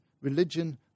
religion